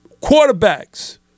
quarterbacks